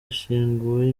ashyinguwe